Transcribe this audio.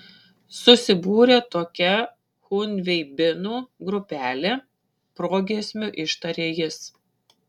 susibūrė tokia chunveibinų grupelė progiesmiu ištarė jis